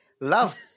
Love